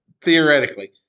theoretically